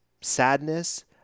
sadness